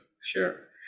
sure